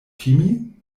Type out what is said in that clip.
timi